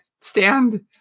stand